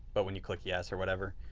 but when you click yes or whatever,